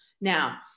Now